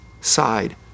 side